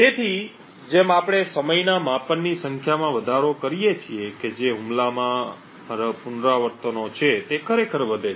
તેથી જેમ કે આપણે સમયના માપનની સંખ્યામાં વધારો કરીએ છીએ કે જે હુમલામાં પુનરાવર્તનો છે તે ખરેખર વધે છે